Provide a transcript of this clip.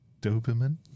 Doberman